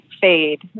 fade